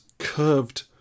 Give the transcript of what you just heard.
curved